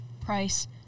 price